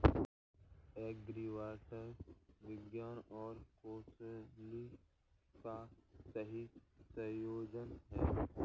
agribots विज्ञान और कौशल का सही संयोजन हैं